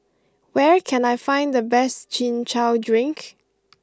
where can I find the best Chin Chow Drink